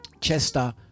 Chester